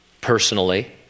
personally